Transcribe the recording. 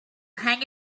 hang